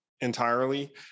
entirely